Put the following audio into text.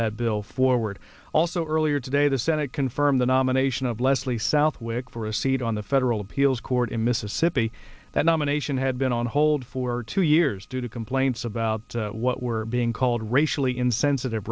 that bill forward also earlier today the senate confirmed the nomination of leslie southwick for a seat on the federal appeals court in mississippi that nomination had been on hold for two years due to complaints about what were being called racially insensitive